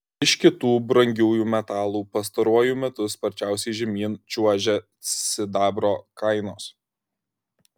iš kitų brangiųjų metalų pastaruoju metu sparčiausiai žemyn čiuožia sidabro kainos